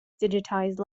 digitized